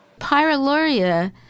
Pyroluria